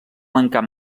mancar